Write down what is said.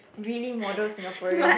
really model Singaporean